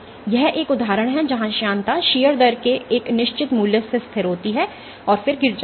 यह एक उदाहरण है जहां श्यानता शीयर दर के एक निश्चित मूल्य से स्थिर होती है और फिर गिर जाती है